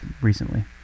recently